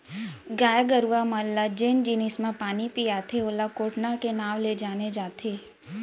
गाय गरूवा मन ल जेन जिनिस म पानी पियाथें ओला कोटना के नांव ले जाने जाथे